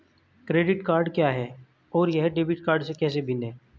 Credit card क्या है और यह डेबिट कार्ड से कैसे भिन्न है?